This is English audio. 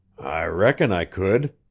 i reckon i could.